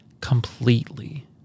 completely